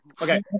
Okay